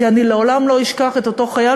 כי אני לעולם לא אשכח את אותו חייל,